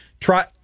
try